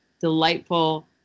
delightful